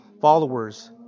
followers